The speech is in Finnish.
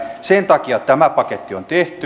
sen takia tämä paketti on tehty